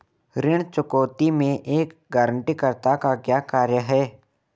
ऋण चुकौती में एक गारंटीकर्ता का क्या कार्य है?